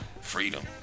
freedom